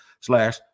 slash